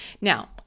Now